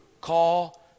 call